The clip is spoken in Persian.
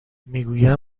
میگویم